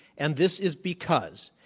and this is because,